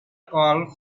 call